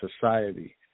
society